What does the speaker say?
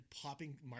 popping